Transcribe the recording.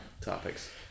topics